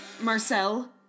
Marcel